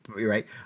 right